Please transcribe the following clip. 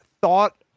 thought